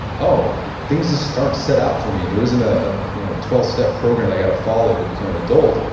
oh, things just aren't set out for me. there isn't a twelve step program i gotta follow to become an adult,